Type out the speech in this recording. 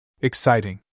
Exciting